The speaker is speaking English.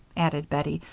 added bettie,